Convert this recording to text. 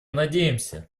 надеемся